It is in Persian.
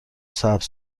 سبز